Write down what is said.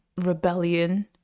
rebellion